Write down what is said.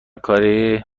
کاری